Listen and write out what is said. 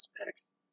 aspects